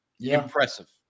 Impressive